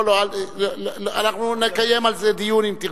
לא, אנחנו נקיים על זה דיון אם תרצה.